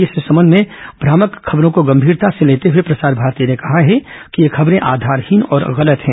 इस संबंध में भ्रामक खबरों को गंभीरता से लेते हुए प्रसार भारती ने कहा है कि ये खबरें आधारहीन और गलत हैं